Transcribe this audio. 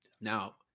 Now